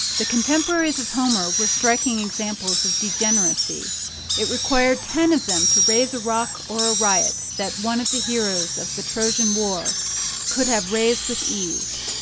the contemporaries of homer were striking examples of degeneracy it required ten of them to raise a rock or a riot that one of the heroes of the trojan war could have raised with ease.